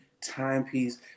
timepiece